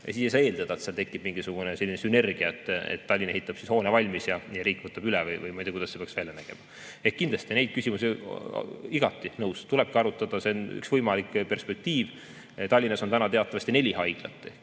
siis ei saa eeldada, et seal tekib mingisugune selline sünergia, et Tallinn ehitab hoone valmis ja riik võtab üle. Või ma ei tea, kuidas see peaks välja nägema. Kindlasti igati nõus, et neid küsimusi tulebki arutada, see on üks võimalik perspektiiv. Tallinnas on täna teatavasti neli haiglat.